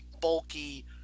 bulky